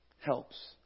helps